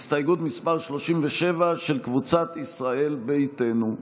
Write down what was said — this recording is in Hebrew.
הסתייגות מס' 37, של קבוצת ישראל ביתנו.